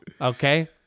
Okay